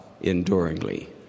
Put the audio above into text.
enduringly